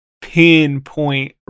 pinpoint